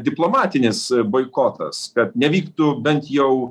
diplomatinis boikotas kad nevyktų bent jau